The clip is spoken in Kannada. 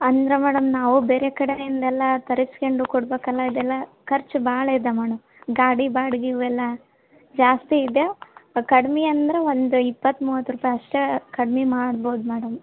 ಅಂದ್ರೆ ಮೇಡಮ್ ನಾವು ಬೇರೆ ಕಡೆಯಿಂದೆಲ್ಲ ತರಿಸ್ಕಂಡು ಕೊಡ್ಬೇಕಲ್ಲ ಇದೆಲ್ಲ ಖರ್ಚು ಭಾಳ ಇದೆ ಮೇಡಮ್ ಗಾಡಿ ಬಾಡ್ಗೆ ಇವೆಲ್ಲ ಜಾಸ್ತಿ ಇದೆ ಕಡ್ಮೆ ಅಂದ್ರೆ ಒಂದು ಇಪ್ಪತ್ತು ಮೂವತ್ತು ರೂಪಾಯಿ ಅಷ್ಟೆ ಕಡ್ಮೆ ಮಾಡ್ಬೋದು ಮೇಡಮ್